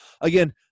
again